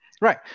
Right